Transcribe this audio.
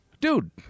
Dude